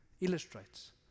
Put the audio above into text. illustrates